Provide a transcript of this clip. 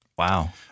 Wow